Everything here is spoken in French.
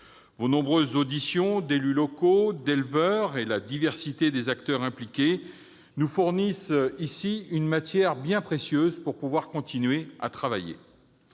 Vos nombreuses auditions d'élus locaux et d'éleveurs, ainsi que la diversité des acteurs impliqués, nous fournissent une matière bien précieuse pour continuer à travailler.